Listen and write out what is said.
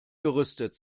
gerüstet